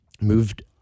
moved